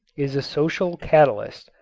is a social catalyst.